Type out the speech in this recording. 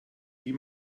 wie